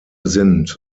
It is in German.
sind